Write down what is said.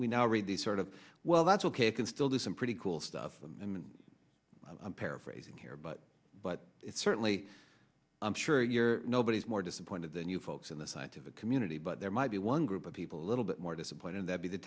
we now read the sort of well that's ok you can still do some pretty cool stuff and i'm paraphrasing here but but it's certainly i'm sure you're nobody's more disappointed than you folks in the scientific community but there might be one group of people a little bit more disappointed that be the